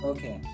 Okay